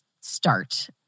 start